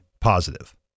positive